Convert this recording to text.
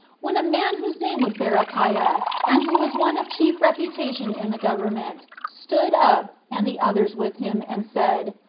when a man whose name was berechiah, and who was one of chief reputation in the government, stood up, and the others with him, and said,